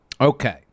Okay